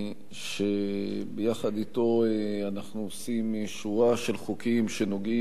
שביחד אתו אנחנו עושים שורה של חוקים שנוגעים,